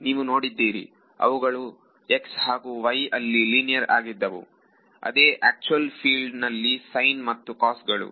ನೀವು ನೋಡಿದ್ದೀರಿ ಅವುಗಳು x ಹಾಗೂ y ಅಲ್ಲಿ ಲೀನಿಯರ್ ಆಗಿದ್ದವುಆದರೆ ಸುವಲ್ಲಿ ಫೀಲ್ಡ್ sine ಮತ್ತು cos ಗಳು